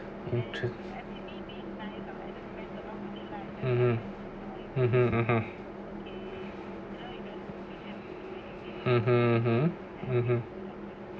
(uh huh)